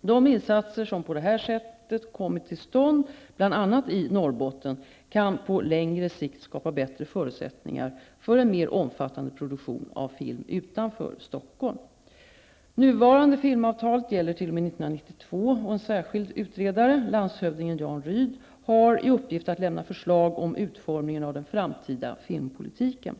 De insatser som på detta sätt kommit till stånd -- bl.a. i Norrbotten -- kan på längre sikt skapa bättre förutsättningar för en mer omfattande produktion av film utanför Stockholm. Nuvarande filmavtal gäller t.o.m. 1992. En särskild utredare, landshövdingen Jan Rydh, har i uppgift att lämna förslag om utformningen av den framtida filmpolitiken.